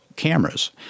cameras